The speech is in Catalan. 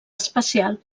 especial